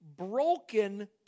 broken